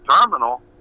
terminal